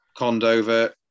Condover